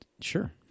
Sure